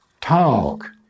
talk